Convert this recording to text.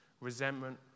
resentment